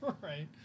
Right